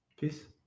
peace